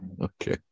Okay